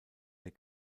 der